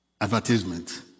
advertisement